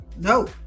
No